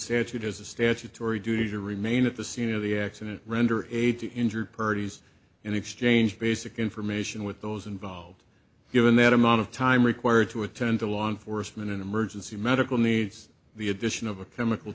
statute has a statutory duty to remain at the scene of the accident render aid to injured purdy's in exchange basic information with those involved given that amount of time required to attend to law enforcement and emergency medical needs the addition of a chemical